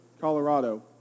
Colorado